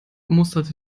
musterte